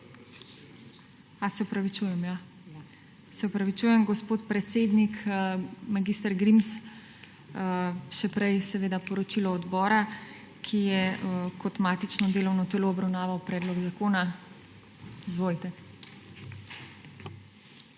Prosim? Se opravičujem, gospod predsednik mag. Grims. Še prej seveda poročilo odbora, ki je kot matično delovno telo obravnaval predlog zakona. Izvolite.